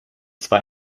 zwei